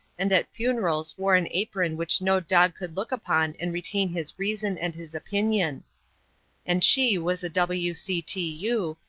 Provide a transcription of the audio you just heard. and at funerals wore an apron which no dog could look upon and retain his reason and his opinion and she was a w. c. t. u,